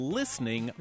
listening